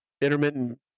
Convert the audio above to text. intermittent